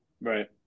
Right